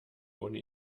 ohne